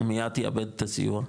הוא מיד יאבד את הסיוע.